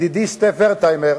ידידי סטף ורטהיימר,